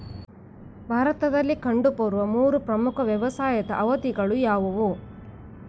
ಭಾರತದಲ್ಲಿ ಕಂಡುಬರುವ ಮೂರು ಪ್ರಮುಖ ವ್ಯವಸಾಯದ ಅವಧಿಗಳು ಯಾವುವು?